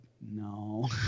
no